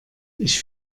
ich